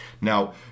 Now